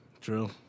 True